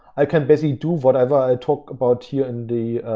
i can basically do whatever i talk about here in the,